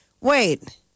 wait